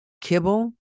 kibble